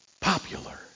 popular